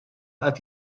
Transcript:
qed